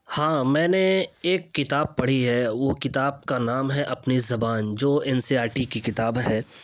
ہاں میں نے ایک کتاب پڑھی ہے وہ کتاب کا نام ہے اپںی زبان جو N C E R T کی کتاب ہے